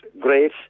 great